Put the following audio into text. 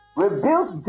rebuilt